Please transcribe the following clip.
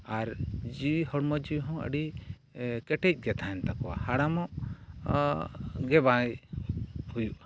ᱟᱨ ᱡᱤᱣᱤ ᱦᱚᱲᱢᱚ ᱡᱤᱣᱤ ᱦᱚᱸ ᱟᱹᱰᱤ ᱠᱮᱴᱮᱡᱜᱮ ᱛᱟᱦᱮᱱ ᱛᱟᱠᱚᱣᱟ ᱦᱟᱲᱟᱢᱚᱜ ᱜᱮᱵᱟᱭ ᱦᱩᱭᱩᱜᱼᱟ